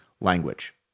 language